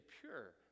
pure